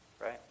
Right